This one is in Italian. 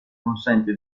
consente